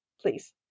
please